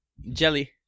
Jelly